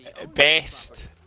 Best